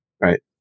Right